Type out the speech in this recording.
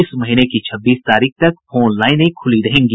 इस महीने की छब्बीस तारीख तक फोन लाइनें खुली रहेंगी